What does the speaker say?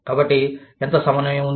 కాబట్టి ఎంత సమన్వయం ఉంది